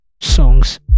songs